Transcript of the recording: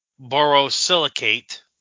borosilicate